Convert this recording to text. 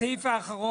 מה לגבי סעיף 9?